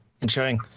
ensuring